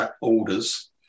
Orders